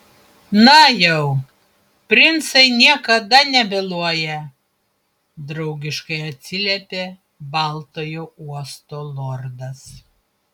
na jau princai niekada nevėluoja draugiškai atsiliepė baltojo uosto lordas